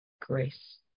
grace